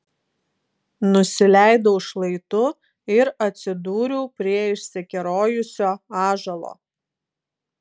nusileidau šlaitu ir atsidūriau prie išsikerojusio ąžuolo